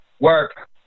work